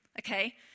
Okay